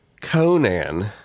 Conan